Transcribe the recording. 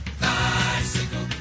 bicycle